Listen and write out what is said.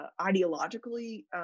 ideologically